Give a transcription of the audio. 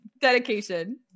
Dedication